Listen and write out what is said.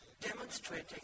demonstrating